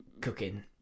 cooking